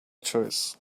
choice